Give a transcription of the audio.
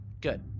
Good